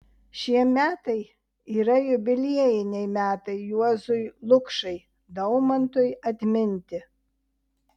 šie metai yra jubiliejiniai metai juozui lukšai daumantui atminti